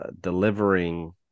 delivering